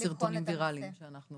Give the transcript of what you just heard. רק סרטונים ויראליים שאנחנו